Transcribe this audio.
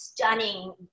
Stunning